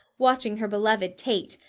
watching her beloved tate,